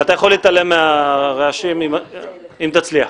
אתה יכול להתעלם מהרעשים, אם תצליח.